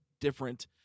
different